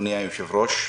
אדוני היושב-ראש,